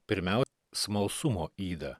pirmiau smalsumo ydą